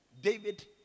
David